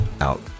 Out